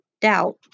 doubt